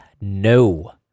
no